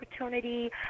opportunity